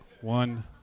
One